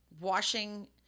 washing